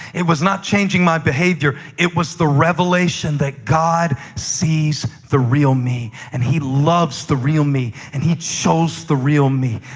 it was not changing my behavior it was the revelation that god sees the real me, and he loves the real me, and he chose the real me.